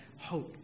Hope